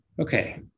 Okay